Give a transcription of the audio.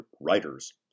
WRITERS